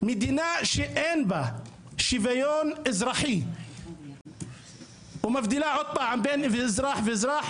מדינה שאין בה שוויון אזרחי ומבדילה עוד פעם בין אזרח ואזרח,